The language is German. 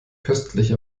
köstlich